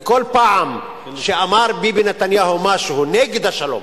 כי כל פעם שאמר ביבי נתניהו משהו נגד השלום,